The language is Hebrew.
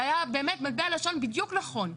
זה היה באמת, מטבע לשון בדיוק נכון.